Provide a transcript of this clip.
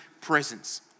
Presence